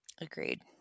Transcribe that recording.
agreed